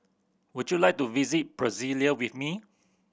would you like to visit Brasilia with me